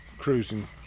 cruising